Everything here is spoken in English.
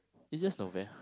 it's just Nove~